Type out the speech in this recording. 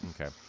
okay